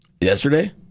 Yesterday